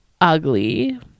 ugly